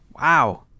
wow